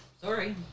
Sorry